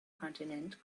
continent